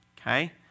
okay